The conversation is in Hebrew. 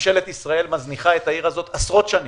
ממשלת ישראל מזניחה את העיר הזאת עשרות שנים.